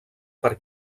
per